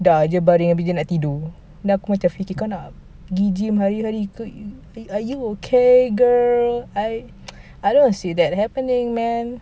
dah dia baring abeh dia nak tidur then aku macam fikir kau nak pergi gym hari-hari ke are you okay girl I I don't want to see that happening man